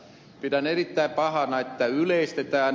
pidän erittäin pahana että yleistetään